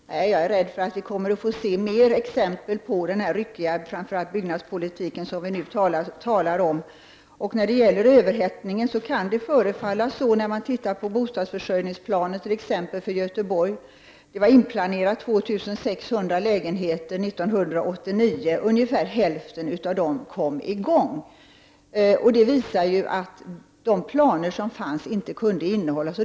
Fru talman! Ja, jag är rädd för att vi kommer att få se fler exempel på den ryckiga byggnadspolitik som vi nu talar om. Det kan när man tittar på bostadsförsörjningsplaner för t.ex. Göteborg förefalla finnas en överhettning. 2 600 lägenheter var inplanerade 1989. Byggandet av ungefär hälften av dem kom i gång. Det visar att de planer som fanns inte kunde hållas.